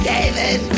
David